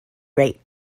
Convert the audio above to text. rate